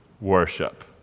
worship